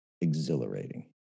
Exhilarating